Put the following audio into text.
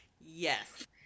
Yes